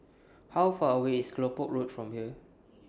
How Far away IS Kelopak Road from here